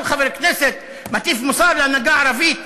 כל חבר כנסת מטיף מוסר להנהגה הערבית,